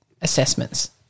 assessments